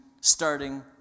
starting